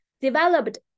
developed